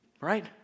Right